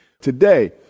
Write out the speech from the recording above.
Today